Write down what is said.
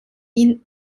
ihn